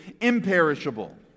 imperishable